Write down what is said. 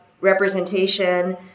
representation